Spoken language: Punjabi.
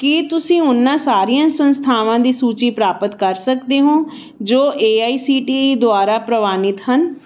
ਕੀ ਤੁਸੀਂ ਉਹਨਾਂ ਸਾਰੀਆਂ ਸੰਸਥਾਵਾਂ ਦੀ ਸੂਚੀ ਪ੍ਰਾਪਤ ਕਰ ਸਕਦੇ ਹੋ ਜੋ A I C T E ਦੁਆਰਾ ਪ੍ਰਵਾਨਿਤ ਹਨ